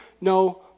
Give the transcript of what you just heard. no